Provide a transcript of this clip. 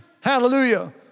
Hallelujah